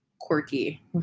quirky